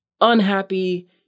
unhappy